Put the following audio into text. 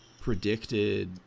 predicted